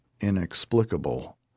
inexplicable